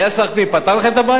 קום, תגיד את זה.